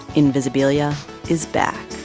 invisibilia is back